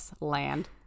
land